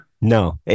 No